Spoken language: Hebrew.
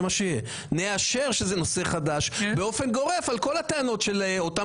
זה מה שיהיה - נאשר שזה נושא חדש באופן גורף על כל הטענות של אותם